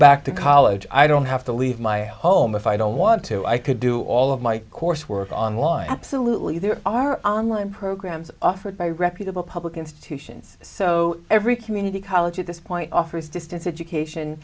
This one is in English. back to college i don't have to leave my home if i don't want to i could do all of my coursework online absolutely there are online programs offered by reputable public institutions so every community college at this point offers distance education